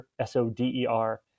S-O-D-E-R